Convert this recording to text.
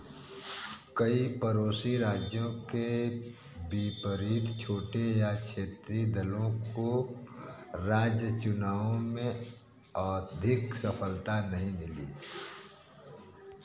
कई पड़ोसी राज्यों के विपरीत छोटे या क्षेत्रीय दलों को राज्य चुनावों में अधिक सफ़लता नहीं मिली